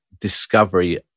discovery